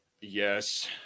Yes